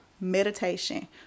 meditation